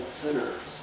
sinners